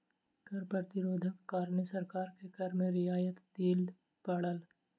कर प्रतिरोधक कारणें सरकार के कर में रियायत दिअ पड़ल